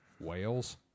Wales